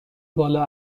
بالا